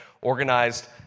organized